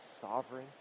sovereign